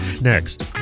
Next